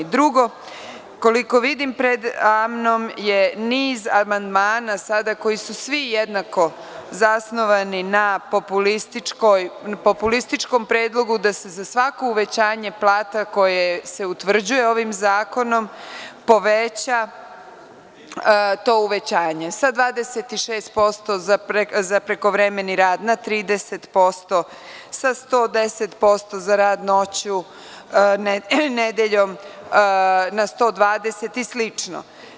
Drugo, koliko vidim predamnom je niz amandmana sada koji su svi jednako zasnovani na populističkom predlogu da se za svako uvećanje plata koje se utvrđuje ovim zakonom poveća to uvećanje sa 26% za prekovremeni rad na 30%, sa 110% za rad noću, nedeljom na 120% i slično.